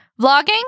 vlogging